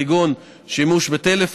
כגון שימוש בטלפון,